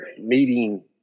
meeting